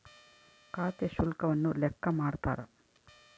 ಖಾತೆ ಶುಲ್ಕವನ್ನು ಲೆಕ್ಕ ಮಾಡ್ತಾರ